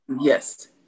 yes